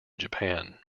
japan